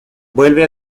vuelve